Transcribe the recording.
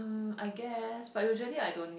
I guess but usually I don't